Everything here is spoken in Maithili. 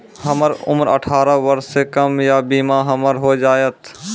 हमर उम्र अठारह वर्ष से कम या बीमा हमर हो जायत?